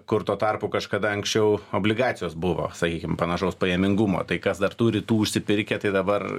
kur tuo tarpu kažkada anksčiau obligacijos buvo sakykim panašaus pajamingumo tai kas dar turi tų užsipirkę tai dabar